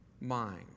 mind